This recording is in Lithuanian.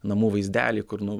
namų vaizdeliai kur nu